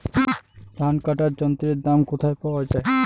ধান কাটার যন্ত্রের দাম কোথায় পাওয়া যায়?